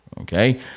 Okay